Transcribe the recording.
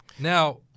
Now